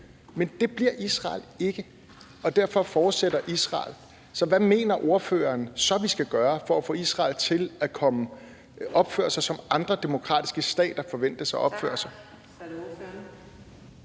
men det bliver Israel ikke, og derfor fortsætter Israel. Så hvad mener ordføreren så vi skal gøre for at få Israel til at opføre sig, som andre demokratiske stater forventes at opføre sig?